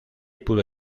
pudo